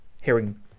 hearing